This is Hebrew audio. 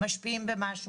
משפיעים במשהו.